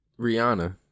Rihanna